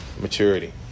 maturity